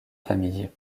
famille